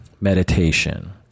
meditation